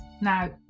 Now